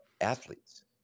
athletes